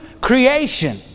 creation